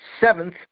seventh